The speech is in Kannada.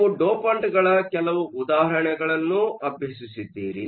ನೀವು ಡೋಪಂಟ್ಗಳ ಕೆಲವು ಉದಾಹರಣೆಗಳನ್ನು ಅಭ್ಯಸಿಸಿದ್ದಿರಿ